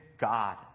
God